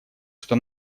что